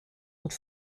und